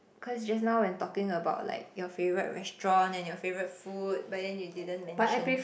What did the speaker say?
cause just now when talking about like your favorite restaurant and your favorite food but then you didn't mention